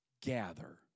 gather